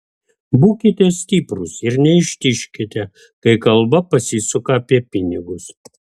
būkite stiprūs ir neištižkite kai kalba pasisuka apie pinigus